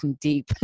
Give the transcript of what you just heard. deep